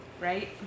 right